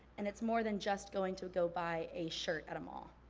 and it's more than just going to go buy a shirt at a mall.